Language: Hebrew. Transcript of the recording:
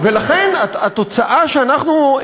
ולכן התוצאה שאנחנו,